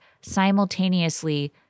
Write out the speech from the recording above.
simultaneously